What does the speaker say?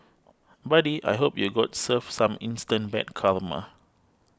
buddy I hope you got served some instant bad karma